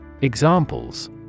Examples